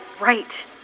Right